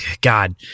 God